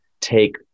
take